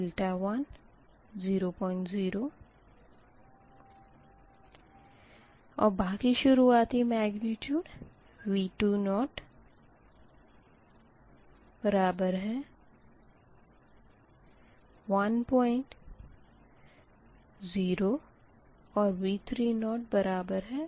लेकिन बाकी शुरुआती मेग्निट्यूड 105 की बजाए 10 दिया गया है